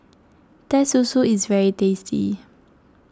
Teh Susu is very tasty